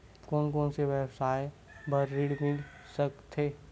कोन कोन से व्यवसाय बर ऋण मिल सकथे?